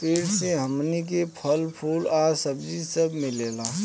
पेड़ से हमनी के फल, फूल आ सब्जी सब मिलेला